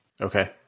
Okay